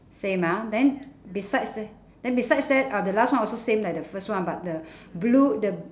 same ah then besides the~ then besides that the last one also the same like the first one but the blue the